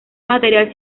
material